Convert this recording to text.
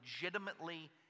legitimately